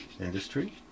industry